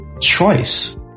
choice